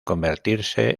convertirse